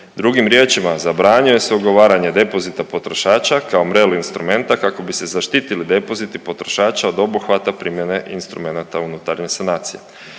Drugim riječima zabranjuje se ugovaranje depozita potrošača kao MREL instrumenta kako bi se zaštitili depoziti potrošača od obuhvata primjene instrumenata unutarnje sanacije.